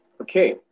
Okay